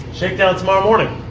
shakedown tomorrow morning,